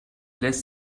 lässt